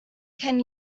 can